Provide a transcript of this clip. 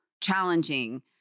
challenging